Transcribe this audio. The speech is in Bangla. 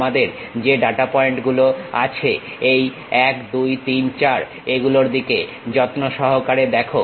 আমাদের যে ডাটা পয়েন্ট গুলো আছে এই 1 2 3 4 এগুলোর দিকে যত্ন সহকারে দেখো